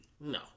No